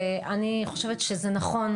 ואני חושבת שזה נכון,